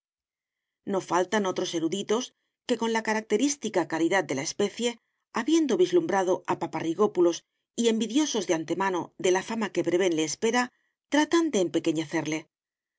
no faltan otros eruditos que con la característica caridad de la especie habiendo vislumbrado a paparrigópulos y envidiosos de antemano de la fama que preven le espera tratan de empequeñecerle